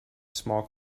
small